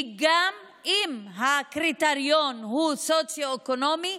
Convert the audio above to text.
כי גם אם הקריטריון הוא סוציו-אקונומי,